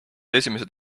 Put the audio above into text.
esimesed